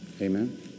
Amen